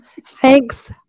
Thanks